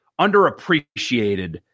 underappreciated